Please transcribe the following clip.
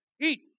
eat